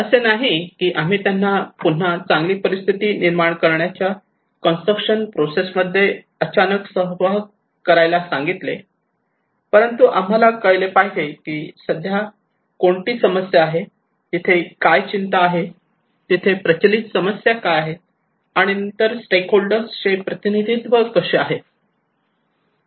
असे नाही की आम्ही त्यांना पुन्हा चांगली परिस्थिती निर्माण करण्याच्या कंस्ट्रक्शन प्रोसेस मध्ये अचानक समावेश करायला सांगितले परंतु आधी आम्हाला कळले पाहिजे की सध्या कोणती समस्या आहे तिथे काय चिंता आहेत तिथे प्रचलित समस्या काय आहेत आणि नंतर स्टेक होल्डर्स चे प्रतिनिधित्व कसे आहे